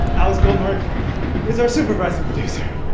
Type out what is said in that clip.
alex goldmark is our supervising producer.